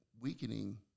weakening